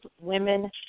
women